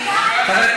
גפני,